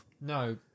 No